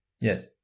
Yes